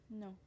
No